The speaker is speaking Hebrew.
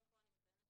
גם פה אני מציינת